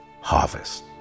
harvest